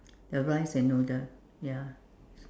the rice and noodle ya